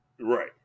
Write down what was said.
Right